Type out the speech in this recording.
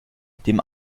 dem